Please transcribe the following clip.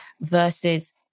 Versus